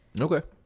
Okay